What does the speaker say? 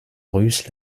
russe